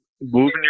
moving